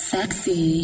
Sexy